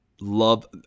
Love